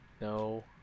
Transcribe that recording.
no